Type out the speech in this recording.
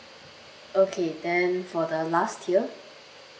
okay then for the last tier